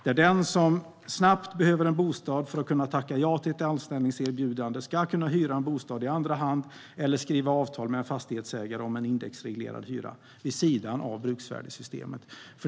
Den som snabbt behöver en bostad för att kunna tacka ja till ett anställningserbjudande ska kunna hyra en bostad i andra hand eller skriva avtal med en fastighetsägare om en indexreglerad hyra vid sidan av bruksvärdessystemet.